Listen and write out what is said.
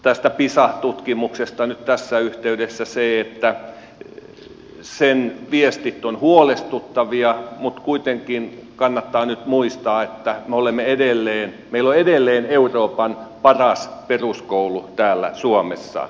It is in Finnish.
tästä pisa tutkimuksesta nyt tässä yhteydessä se että sen viestit ovat huolestuttavia mutta kuitenkin kannattaa nyt muistaa että meillä on edelleen euroopan paras peruskoulu täällä suomessa